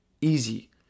easy